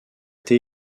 été